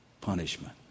punishment